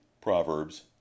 Proverbs